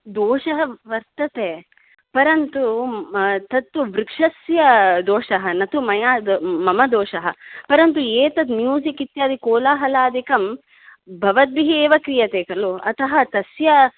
दोषः वर्तते परन्तु तत्तु वृक्षस्य दोषः न तु मया मम दोषः परन्तु एतत् म्यूसिक् इत्यादि कोलाहलादिकं भवद्भिः एव क्रियते खलु अतः तस्य